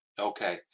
okay